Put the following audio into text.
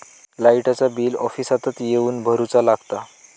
लाईटाचा बिल ऑफिसातच येवन भरुचा लागता?